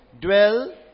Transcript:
dwell